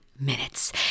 minutes